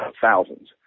thousands